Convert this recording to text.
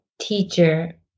teacher